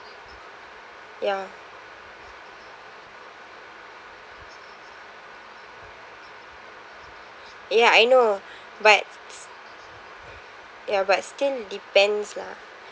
ya ya I know but ya but still depends lah